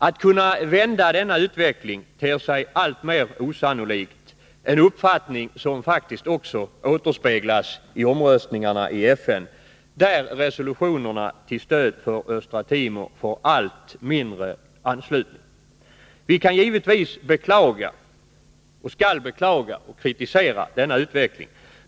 Att man skall kunna vända denna utveckling ter sig alltmer osannolikt, en uppfattning som också återspeglas i omröstningarna i FN, där resolutionerna till stöd för Östra Timor får allt mindre anslutning. Vi kan, och skall, givetvis beklaga och kritisera denna utveckling.